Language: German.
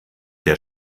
der